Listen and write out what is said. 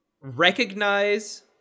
recognize